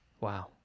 Wow